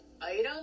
item